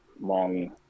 long –